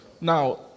now